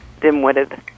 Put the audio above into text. dim-witted